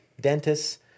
dentists